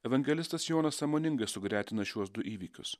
evangelistas jonas sąmoningai sugretino šiuos du įvykius